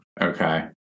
Okay